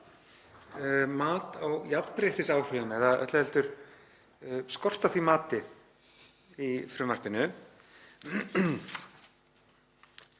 mat á jafnréttisáhrifum eða öllu heldur skort á því mati í frumvarpinu.